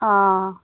অঁ